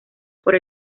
por